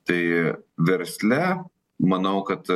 tai versle manau kad